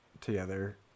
together